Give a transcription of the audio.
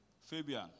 Fabian